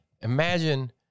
Imagine